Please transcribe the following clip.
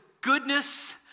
goodness